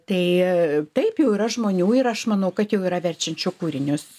tai taip jau yra žmonių ir aš manau kad jau yra verčiančių kūrinius